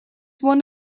one